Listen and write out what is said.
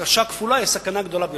ההרכשה הכפולה היא הסכנה הגדולה ביותר,